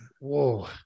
Whoa